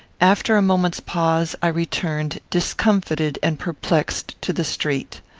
after a moment's pause, i returned, discomfited and perplexed, to the street.